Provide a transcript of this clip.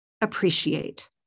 appreciate